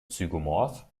zygomorph